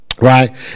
right